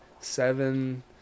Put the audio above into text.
seven